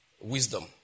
wisdom